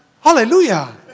Hallelujah